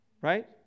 right